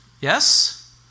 Yes